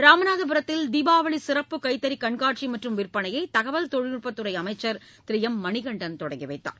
ராமநாதபுரத்தில் தீபாவளி சிறப்பு கைத்தறி கண்காட்சி மற்றம் விற்பனையை தகவல் தொழில்நுட்பத்துறை அமைச்சர் திரு எம் மணிகண்டன் தொடங்கி வைத்தார்